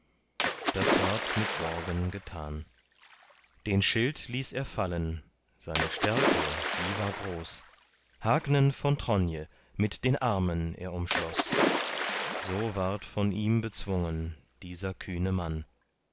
das ward mit sorgen getan den schild ließ er fallen seine stärke die war groß hagnen von tronje mit den armen er umschloß so ward von ihm bezwungen dieser